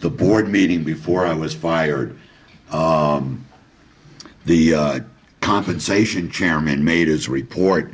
the board meeting before i was fired the compensation chairman made his report